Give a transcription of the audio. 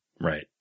Right